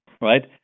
Right